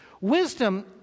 Wisdom